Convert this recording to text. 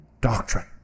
doctrine